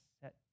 set